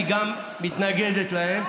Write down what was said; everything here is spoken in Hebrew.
היא גם מתנגדת לזה.